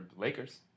Lakers